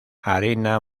harina